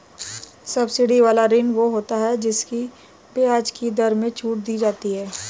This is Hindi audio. सब्सिडी वाला ऋण वो होता है जिसकी ब्याज की दर में छूट दी जाती है